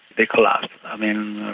they collapsed. i mean,